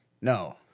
No